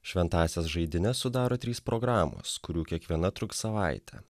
šventąsias žaidynes sudaro trys programos kurių kiekviena truks savaitę